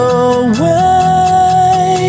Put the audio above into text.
away